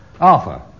Arthur